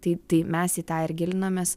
tai tai mes į tą ir gilinomės